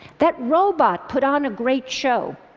that robot put on a great show.